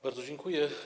Bardzo dziękuję.